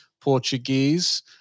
Portuguese